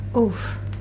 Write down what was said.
Oof